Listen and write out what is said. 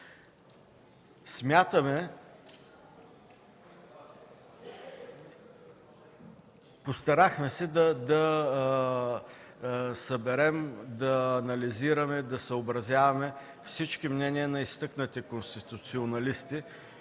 ни? Постарахме се да съберем, да анализираме, да се съобразим с всички мнения на изтъкнати конституционалисти